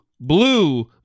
blue